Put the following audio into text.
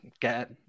get